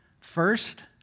First